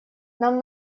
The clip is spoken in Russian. нам